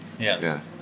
yes